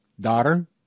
daughter